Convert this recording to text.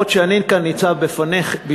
אף-על-פי שאני כאן ניצב בפניכם,